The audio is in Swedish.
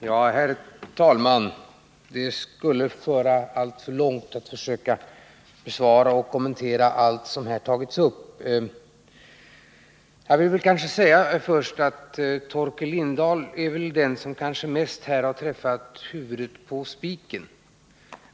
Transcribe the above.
Herr talman! Det skulle föra alltför långt om jag försökte besvara och kommentera allt som här tagits upp. Jag vill först säga att Torkel Lindahl är väl den som bäst träffat huvudet på spiken.